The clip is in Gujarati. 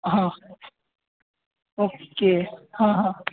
હા ઓકે હા હા